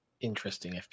interesting